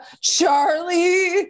Charlie